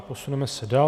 Posuneme se dále.